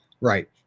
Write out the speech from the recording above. Right